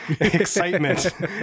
excitement